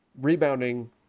rebounding